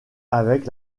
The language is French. avec